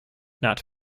not